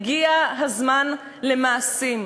הגיע הזמן למעשים.